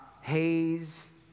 haze